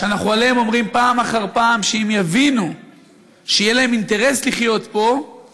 שאנחנו עליהם אומרים פעם אחר פעם שאם יבינו שיהיה להם אינטרס לחיות פה,